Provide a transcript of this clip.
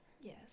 Yes